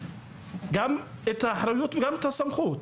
גם את האחריות וגם את הסמכות,